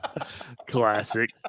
Classic